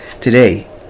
today